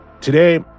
Today